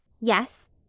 Yes